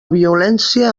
violència